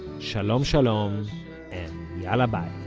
shalom shalom and yalla bye